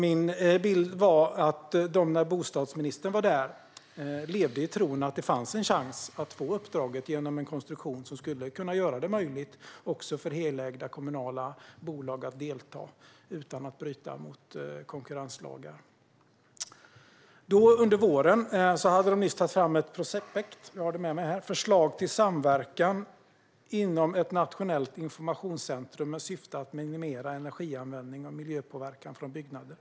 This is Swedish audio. Min bild är att när bostadsministern var där levde de i tron att det fanns en chans att få uppdraget genom en konstruktion som skulle kunna göra det möjligt även för helägda kommunala bolag att delta utan att bryta mot konkurrenslagar. Under våren hade de nyss tagit fram ett prospekt med titeln Förslag till samverkan inom ett nationellt informationscentrum med syfte att minimera energianvändning och miljöpåverkan från byggnader .